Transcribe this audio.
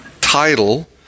title